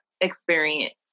experience